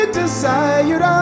desired